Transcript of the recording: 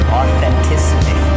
authenticity